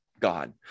God